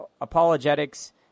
apologetics